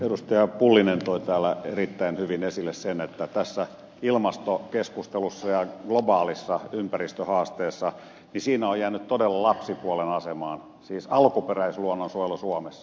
pulliainen toi täällä erittäin hyvin esille sen että tässä ilmastokeskustelussa ja globaalissa ympäristöhaasteessa on jäänyt todella lapsipuolen asemaan alkuperäisluonnon suojelu suomessa